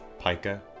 pika